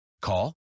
Call